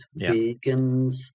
vegans